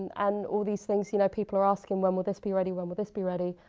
and all these things, you know people are asking when will this be ready, when will this be ready?